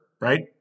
right